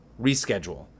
reschedule